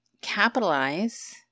capitalize